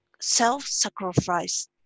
self-sacrifice